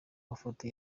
mafoto